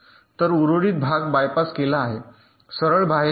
तर उर्वरित भाग बायपास केला आहे सरळ बाहेर जाईल